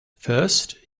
first